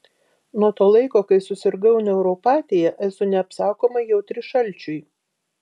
nuo to laiko kai susirgau neuropatija esu neapsakomai jautri šalčiui